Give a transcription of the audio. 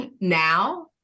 Now